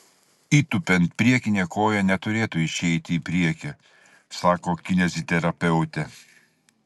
įtūpiant priekinė koja neturėtų išeiti į priekį sako kineziterapeutė